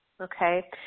okay